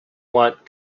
what